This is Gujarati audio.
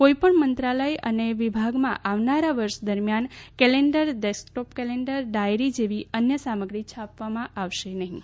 કોઇપણ મંત્રાલય અને વિભાગમાં આવનારા વર્ષ દરમ્યાન કેનેન્ડર ડેસ્કટોપ કેલેન્ડર ડાયરી જેવી અન્ય સામગ્રી છાપવામાં નહિં આવે